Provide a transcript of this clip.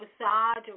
massage